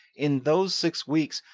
in those six weeks,